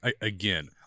again